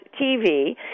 TV